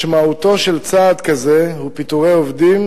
משמעותו של צעד כזה היא פיטורי עובדים